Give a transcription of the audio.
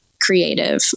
creative